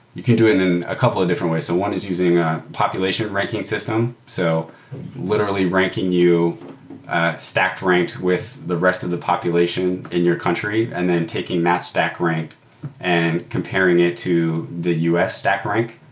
you can do it in a couple of different ways. one is using a population ranking system. so literally, ranking you stacked rank with the rest of the population in your country and then taking math stack rank and comparing it to the us stack rank.